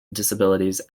disabilities